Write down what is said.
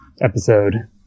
episode